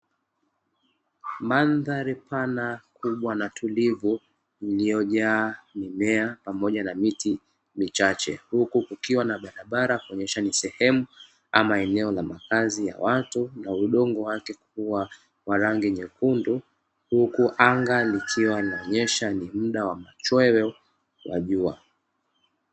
Msndhari pana, kubwa na tulivu ilyojaa mimea pamoja na miti michache, huku kukiwa na barabara kuonyesha ni sehemu ama eneo la makazi ya watu na udongo wake kuwa wa rangi nyekundu, huku anga likiwa linaonyesha ni muda wa machweo ya jua.